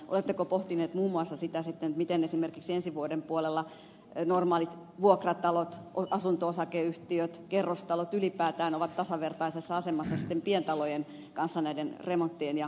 oletteko pohtinut muun muassa sitä miten esimerkiksi ensi vuoden puolella normaalit vuokratalot asunto osakeyhtiöt kerrostalot ylipäätään ovat tasavertaisessa asemassa pientalojen kanssa näiden remonttien ja korjausten suhteen